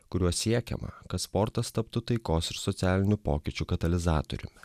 kuriuo siekiama kad sportas taptų taikos ir socialinių pokyčių katalizatoriumi